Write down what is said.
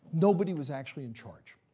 nobody was actually in charge.